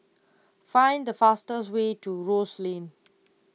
find the fastest way to Rose Lane